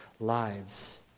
lives